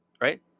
Right